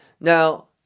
Now